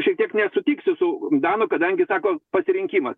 šiek tiek nesutiksiu su danu kadangi sako pasirinkimas